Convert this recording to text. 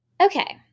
Okay